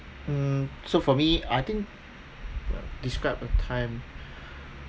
um so for me I think describe a time